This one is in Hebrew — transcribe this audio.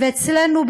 אצלנו,